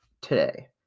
today